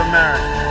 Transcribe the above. America